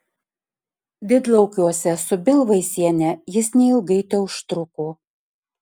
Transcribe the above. didlaukiuose su bilvaisiene jis neilgai teužtruko